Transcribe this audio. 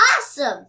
awesome